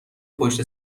پشت